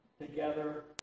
together